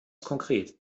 konkret